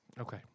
Okay